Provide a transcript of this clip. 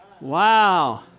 Wow